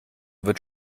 wird